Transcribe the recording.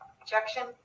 Objection